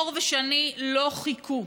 מור ושני לא חיכו.